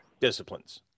disciplines